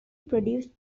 produce